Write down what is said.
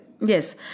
Yes